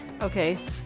Okay